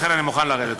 לכן אני מוכן לרדת.